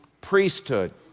priesthood